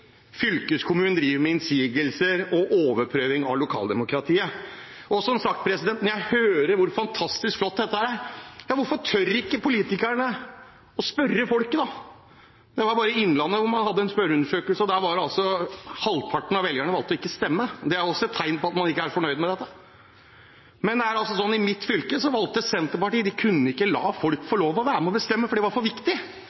fylkeskommunen kommer med innsigelser og overprøver lokaldemokratiet. Som sagt: Når jeg hører hvor fantastisk flott dette er – hvorfor tør ikke politikerne å spørre folket da? Det er bare Innlandet som har hatt en spørreundersøkelse om dette, og der valgte halvparten av de spurte ikke å svare. Det er også et tegn på at man ikke er fornøyd med dette. I mitt fylke kunne ikke Senterpartiet la folk få lov til å være med og bestemme, for det var for viktig. Nei, det er ikke